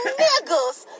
niggas